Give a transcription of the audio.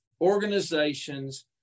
organizations